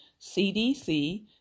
CDC